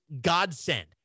godsend